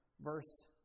verse